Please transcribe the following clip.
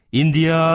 india